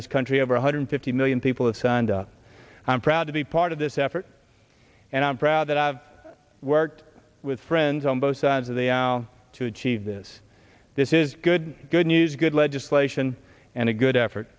this country over one hundred fifty million people have signed up i'm proud to be part of this effort and i'm proud that i've worked with friends on both sides of the al to achieve this this is good good news good legislation and a good effort